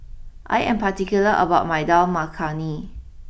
I am particular about my Dal Makhani